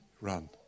Run